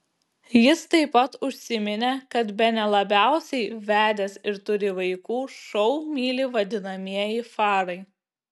jis taip pat užsiminė kad bene labiausiai vedęs ir turi vaikų šou myli vadinamieji farai